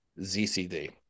ZCD